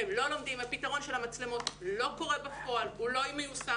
הפתרון של המצלמות לא קורה בפועל והוא לא מיושם.